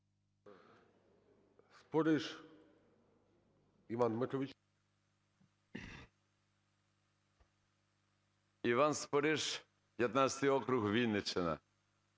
Іван Спориш, 15-й округ, Вінниччина.